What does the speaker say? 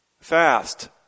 fast